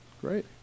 Great